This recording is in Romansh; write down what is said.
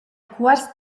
cuors